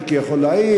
מיקי יכול להעיד,